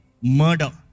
murder